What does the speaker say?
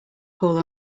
pool